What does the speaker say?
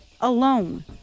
alone